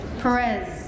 Perez